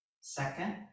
Second